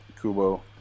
Kubo